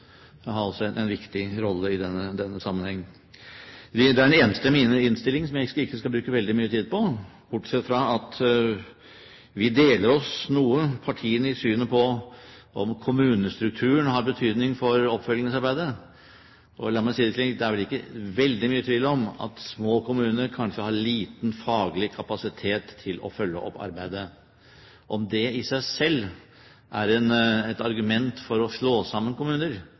det, men det er klart at også fylkesmennene har en viktig rolle i denne sammenheng. Dette er en enstemmig innstilling, som jeg ikke skal bruke veldig mye tid på, bortsett fra at jeg vil si at partiene er noe delt i synet på om kommunestrukturen har betydning for oppfølgingsarbeidet. La meg si det slik: Det er vel ikke veldig mye tvil om at små kommuner kanskje har liten faglig kapasitet til å følge opp arbeidet. Om det i seg selv er et argument for å slå sammen kommuner,